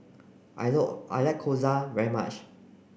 I I like Gyoza very much